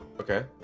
Okay